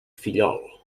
fillol